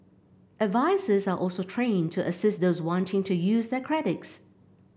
advisers are also trained to assist those wanting to use their credits